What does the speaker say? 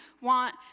want